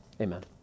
Amen